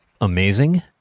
amazing